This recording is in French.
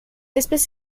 espèce